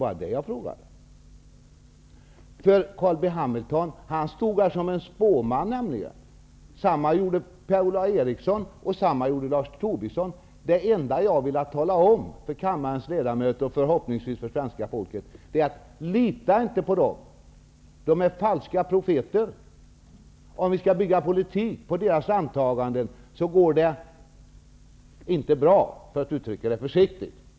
Carl B Hamilton stod nämligen här som en spåman, liksom Per-Ola Eriksson och Lars Tobisson. Det enda jag har velat säga till kammarens ledamöter, och förhoppningsvis för svenska folket, är: Lita inte på dem! De är falska profeter. Om vi skall bygga politik på deras antaganden går det inte bra, för att uttrycka det försiktigt.